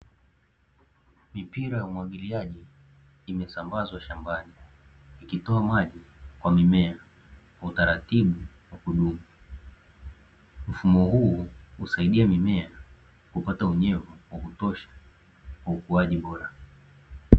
Mipira ya umwagiliaji imesambazwa shambani ikitoa maji kwa mimea kwa utaratibu wa kudumu. Mfumo huu husaidia mimea kupata unyevu wa kutosha kwa ukuaji bora.